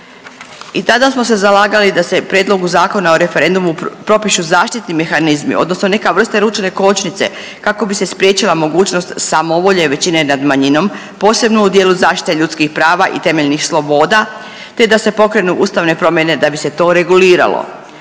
I tada smo se zalagali da se Prijedlogu zakona o referendumu propišu zaštitni mehanizmi, odnosno neka vrsta ručne kočnice kako bi se spriječila mogućnost samovolje većine nad manjinom posebno u dijelu zaštite ljudskih prava i temeljnih sloboda, te da se pokrenu ustavne promjene da bi se to reguliralo.